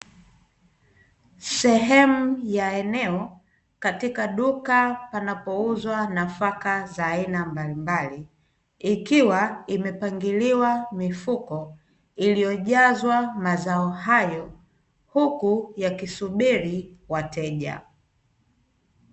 Sehemu ya eneo katika duka panapouzwa nafaka za aina mbalimbali, ikiwa imepangiliwa mifuko iliyojazwa mazao hayo, huku yakisubiri wateja.